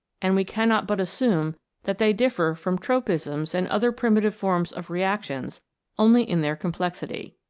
and we cannot but assume that they differ from tropisms and other primitive forms of reactions only in their com plexity.